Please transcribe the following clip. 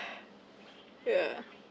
yeah